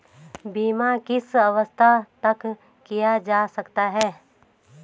बीमा किस अवस्था तक किया जा सकता है?